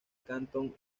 cantón